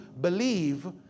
believe